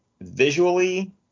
visually